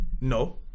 no